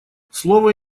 слово